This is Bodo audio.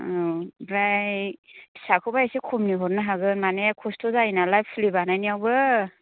औ ओमफ्राय फिसाखौबा एसे खमनि हरनो हागोन मानि खस्थ' जायो नालाय फुलि बानायनायावबो